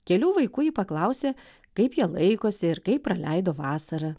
kelių vaikų ji paklausė kaip jie laikosi ir kaip praleido vasarą